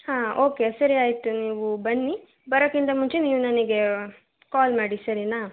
ಹಾಂ ಓಕೆ ಸರಿ ಆಯಿತು ನೀವು ಬನ್ನಿ ಬರೋದ್ಕಿಂತ ಮುಂಚೆ ನೀವು ನನಗೆ ಕಾಲ್ ಮಾಡಿ ಸರಿಯಾ